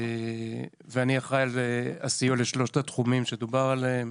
אני אחראי על הסיוע לשלושת התחומים שדובר עליהם.